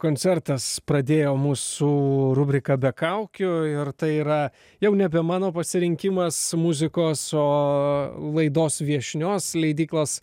koncertas pradėjo mūsų rubriką be kaukių ir tai yra jau nebe mano pasirinkimas muzikos o laidos viešnios leidyklos